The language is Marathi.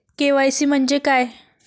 के.वाय.सी म्हंजे काय?